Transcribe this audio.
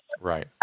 Right